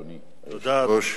אדוני היושב-ראש,